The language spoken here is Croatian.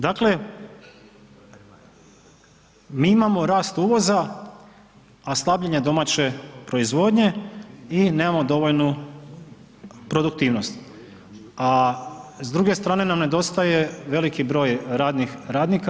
Dakle, mi imamo rast uvoza, a slabljenje domaće proizvodnje i nemamo dovoljnu produktivnost, a s druge strane nam nedostaje veliki broj radnih radnika.